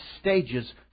stages